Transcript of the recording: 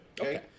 Okay